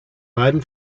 beiden